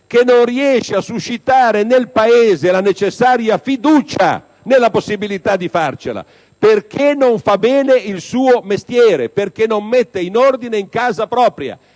che non riesce a suscitare nel Paese la necessaria fiducia nella possibilità di farcela, perché non fa bene il suo mestiere, perché non mette ordine in casa propria.